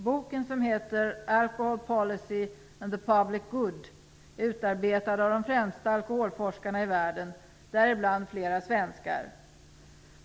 Boken, som heter Alcohol policy and the public good, är utarbetad av de främsta alkoholforskarna i världen, däribland flera svenskar.